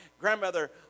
grandmother